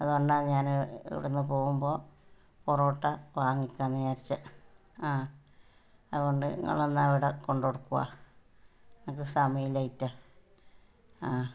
അതുകൊണ്ടാണ് ഞാൻ ഇവിടുന്ന് പോവുമ്പോൾ പൊറോട്ട വാങ്ങിക്കാമെന്ന് വിചാരിച്ചത് ആ അതുകൊണ്ട് നിങ്ങളൊന്ന് അവിടെ കൊണ്ട് കൊടുക്കുവോ അനക്ക് സമയം ഇല്ലാഞ്ഞിട്ടാണ് ആ